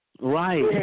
right